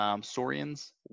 Saurians